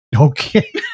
Okay